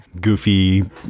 Goofy